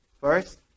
first